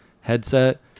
headset